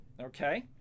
okay